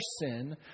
sin